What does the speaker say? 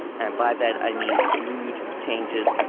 and by that i mean mood changes,